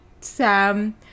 Sam